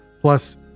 Plus